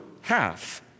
half